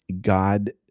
God